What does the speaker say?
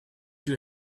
you